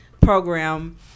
program